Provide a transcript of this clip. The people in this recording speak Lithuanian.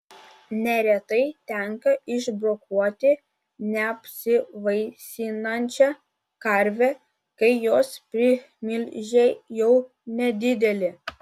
neretai tenka išbrokuoti neapsivaisinančią karvę kai jos primilžiai jau nedideli